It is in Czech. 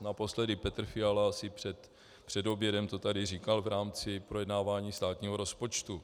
Naposledy Petr Fiala před obědem to tady říkal v rámci projednávání státního rozpočtu.